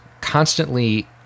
constantly